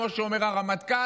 וכמו שאומר הרמטכ"ל,